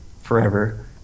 forever